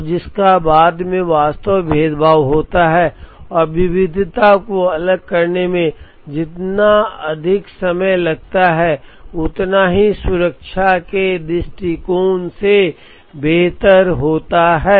और जिसके बाद वास्तव में भेदभाव होता है और विविधता को अलग करने में जितना अधिक समय लगता है उतना ही यह सुरक्षा के दृष्टिकोण से बेहतर होता है